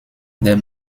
der